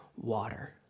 water